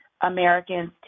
Americans